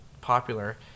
popular